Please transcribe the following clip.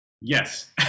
yes